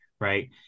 Right